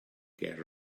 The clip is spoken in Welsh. ger